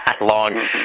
long